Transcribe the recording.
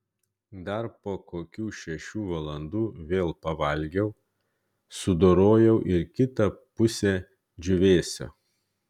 dar po kokių šešių valandų vėl pavalgiau sudorojau ir kitą pusę džiūvėsio